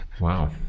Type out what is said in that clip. Wow